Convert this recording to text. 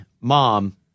mom